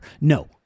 No